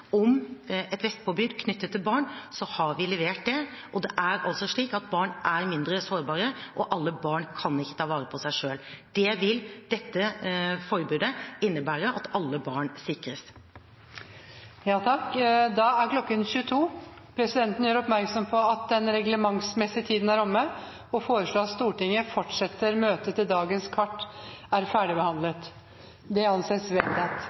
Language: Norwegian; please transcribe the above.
om et vestpåbud for barn, leverte vi det. Og det er altså slik at barn er mer sårbare, og at ikke alle barn kan ta vare på seg selv. Dette forbudet vil innebære at alle barn sikres. Da er klokken 22. Presidenten gjør oppmerksom på at den reglementsmessige tiden for dagens møte er omme og foreslår at Stortinget fortsetter møtet til dagens kart er ferdigbehandlet. – Det anses vedtatt.